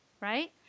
Right